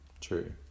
true